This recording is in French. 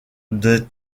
des